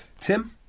Tim